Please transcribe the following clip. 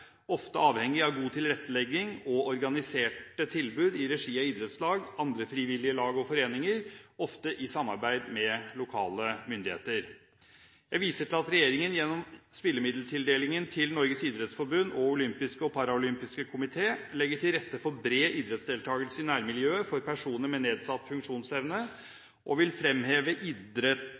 ofte avhengig av god tilrettelegging og organiserte tilbud i regi av idrettslag, andre frivillige lag og foreninger – ofte i samarbeid med lokale myndigheter. Jeg viser til at regjeringen gjennom spillemiddeltildelingen til Norges idrettsforbund og olympiske og paralympiske komité legger til rette for bred idrettsdeltagelse i nærmiljøet for personer med nedsatt funksjonsevne, og vil fremheve